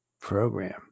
program